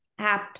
apps